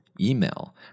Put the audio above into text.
email